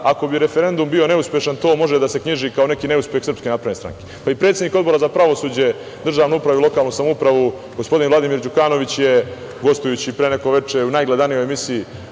ako bi referendum bio neuspešan, to može da se knjiži kao neki neuspeh SNS. Predsednik Odbora za pravosuđe, državnu upravu i lokalnu samoupravu, gospodin Vladimir Đukanović je, gostujući pre neko veče u najgledanijoj emisiji